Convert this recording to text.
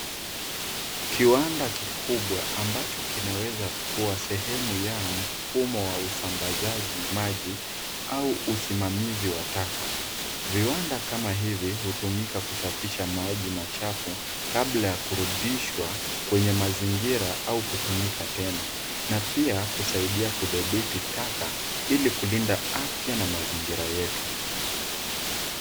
Kiwanda kikubwa ambacho kinaweza kua sehemu ya mfumo wa usambazaji maji au usimamizi wa taka. Viwanda kama hivi hutumika kusafisha maji machafu kabla ya kurudishwa kwenye mazingira au kutumika tena, na pia kusaidia kudhabiti taka, ili kulinda afya na mazingira yetu.